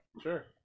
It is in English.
sure